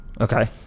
Okay